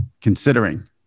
considering